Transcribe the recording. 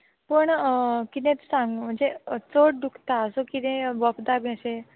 पूण कितें सांगू म्हणजे चड दुखता सो कितें वखदां बीन अशें